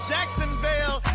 Jacksonville